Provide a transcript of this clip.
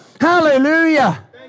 hallelujah